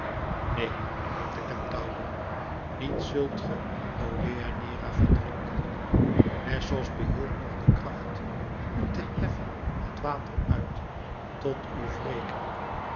neen riep de kentaur niet zult ge o deianeira verdrinken nessos behield nog de kracht u te heffen het water uit tot uw